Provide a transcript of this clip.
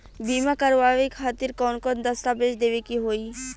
बीमा करवाए खातिर कौन कौन दस्तावेज़ देवे के होई?